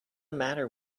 matter